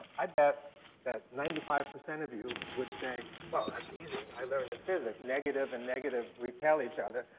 i bet that ninety five percent of you would say well, that's easy, i learned in physics, negative and negative repel each other,